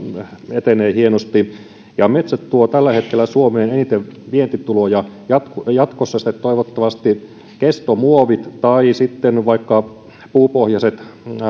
etenee hienosti ja metsät tuovat tällä hetkellä suomeen eniten vientituloja jatkossa sitten toivottavasti kestomuovit tai vaikka puupohjaiset